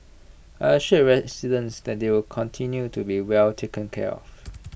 I assured residents that they will continue to be well taken care of